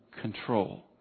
control